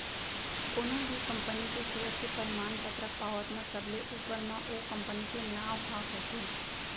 कोनो भी कंपनी के सेयर के परमान पतरक पावत म सबले ऊपर म ओ कंपनी के नांव ह होथे